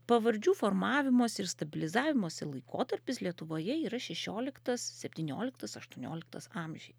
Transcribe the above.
pavardžių formavimosi ir stabilizavimosi laikotarpis lietuvoje yra šešioliktas septynioliktas aštuonioliktas amžiai